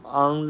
on